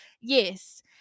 Yes